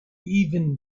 even